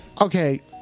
Okay